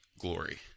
glory